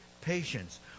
Patience